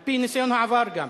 על-פי ניסיון העבר גם,